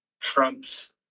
trumps